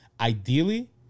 Ideally